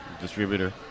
Distributor